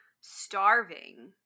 starving